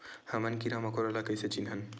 हमन कीरा मकोरा ला कइसे चिन्हन?